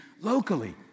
locally